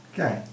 Okay